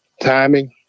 timing